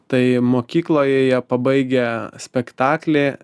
tai mokykloje jie pabaigę spektaklį